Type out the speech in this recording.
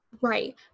Right